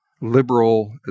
liberal